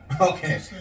Okay